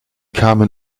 kamen